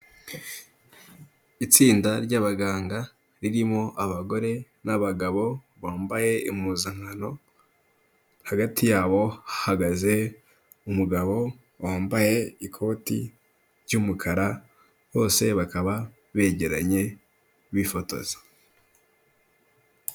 Itsinda ry'abaganga ririmo abagore n'abagabo bambaye impuzankano, hagati yabo hahagaze umugabo wambaye ikoti ry'umukara bose bakaba begeranye bifotoza.